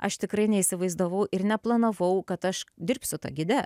aš tikrai neįsivaizdavau ir neplanavau kad aš dirbsiu ta gide